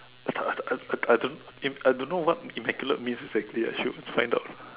I th~ I th~ I I don't eh I don't know what immaculate means exactly I should find out